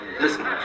Listen